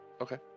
Okay